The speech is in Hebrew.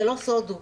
זה לא סוד הוא.